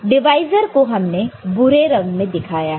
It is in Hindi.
डिवाइसर को हमने भूरे रंग में दिखाया है